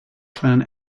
clan